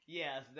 yes